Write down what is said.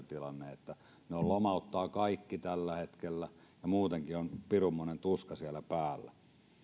tilanne olikin päinvastoin ja ne lomauttavat kaikki tällä hetkellä ja muutenkin on pirunmoinen tuska siellä päällä